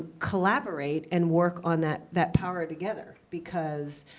collaborate and work on that that power together. because